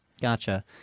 Gotcha